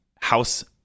house